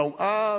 אה,